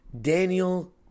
Daniel